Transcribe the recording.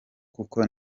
kuko